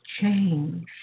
change